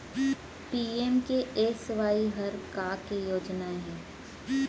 PMKSY हर का के योजना हे?